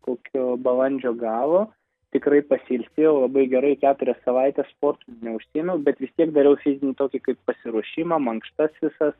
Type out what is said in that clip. kokio balandžio galo tikrai pasiilsėjau labai gerai keturias savaites sportu neužsiėmiau bet vis tiek dariau fizinį tokį kaip pasiruošimą mankštas visas